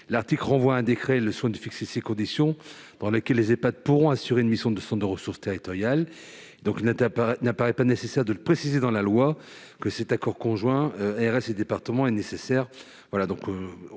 L'article 31 renvoie à un décret le soin de fixer les conditions dans lesquelles les Ehpad pourront assurer une mission de centre de ressources territorial. Il n'apparaît pas utile d'inscrire dans la loi qu'un accord conjoint de l'ARS et du département est nécessaire.